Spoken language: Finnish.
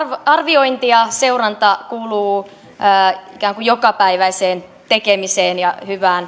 arviointi ja seuranta kuuluvat ikään kuin jokapäiväiseen tekemiseen ja